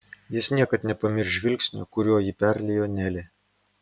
jis niekad nepamirš žvilgsnio kuriuo jį perliejo nelė